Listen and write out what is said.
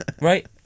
Right